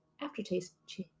aftertaste